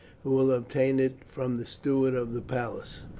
who will obtain it from the steward of the palace.